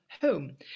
home